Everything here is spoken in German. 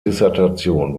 dissertation